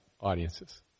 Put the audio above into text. audiences